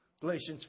Galatians